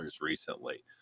recently